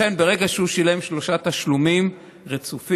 לכן, ברגע שהוא שילם שלושה תשלומים רצופים,